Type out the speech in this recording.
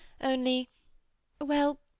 only—well